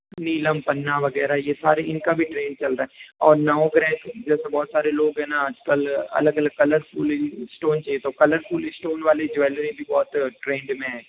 नीलम पन्ना वगैरह यह सारे इनका भी ट्रेंड चल रहा है और नौ ब्रांड बहुत सारे लोग है ना आज कल अलग अलग स्टोन चाहिए तो कलरफूल स्टोन वाले ज्वेलरी भी बहुत ट्रेंड में है